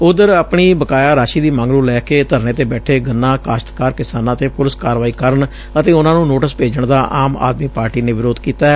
ਉਧਰ ਆਪਣੀ ਬਕਾਇਆ ਰਾਸ਼ੀ ਦੀ ਮੰਗ ਨੂੰ ਲੈ ਕੇ ਧਰਨੇ ਤੇ ਬੈਠੇ ਗੰਨਾ ਕਾਸ਼ਤਕਾਰ ਕਿਸਾਨਾਂ ਤੇ ਪੁਲਿਸ ਕਾਰਵਾਈ ਕਰਨ ਅਤੇ ਉਨ੍ਹਾਂ ਨੂੰ ਨੋਟਿਸ ਭੇਜਣ ਦਾ ਆਮ ਆਦਮੀ ਪਾਰਟੀ ਨੇ ਵਿਰੋਧ ਕੀਤੈ